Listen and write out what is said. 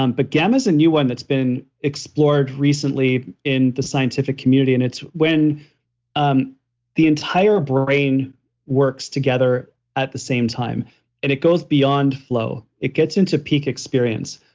um but gamma is a new one that's been explored recently in the scientific community and it's when um the entire brain works together at the same time and it goes beyond flow, it gets into peak experience,